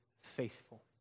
faithful